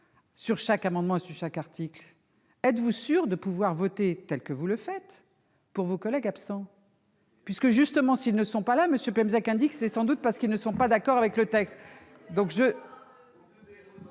sur chaque amendement et sur chaque article, mais êtes-vous sûrs de pouvoir voter, tel que vous le faites, pour vos collègues absents ? Car s'ils ne sont pas là, M. Pemezec l'a dit, c'est justement parce qu'ils ne sont pas d'accord avec ce texte.